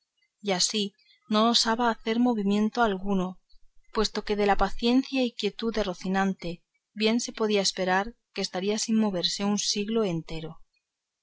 y así no osaba hacer movimiento alguno puesto que de la paciencia y quietud de rocinante bien se podía esperar que estaría sin moverse un siglo entero